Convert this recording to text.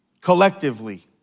collectively